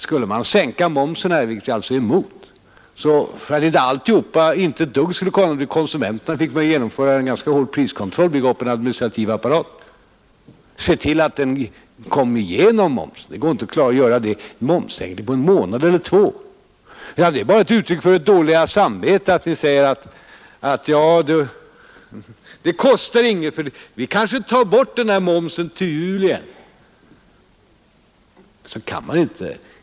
Skulle man sänka momsen, vilket jag alltså är emot, fick man börja genomföra en ganska hård priskontroll, bygga upp en administrativ apparat för att se till att momssänkningen skulle slå igenom och komma konsumenterna till godo. Det går inte att göra en momssänkning för en månad eller två. Det är bara ett uttryck för ert dåliga samvete att ni säger att det kostar inget, för vi kanske tar bort den där momssänkningen till jul igen. Så kan man inte göra.